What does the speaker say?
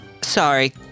Sorry